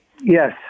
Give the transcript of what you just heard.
Yes